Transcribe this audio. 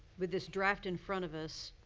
with this draft in front of us.